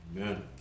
Amen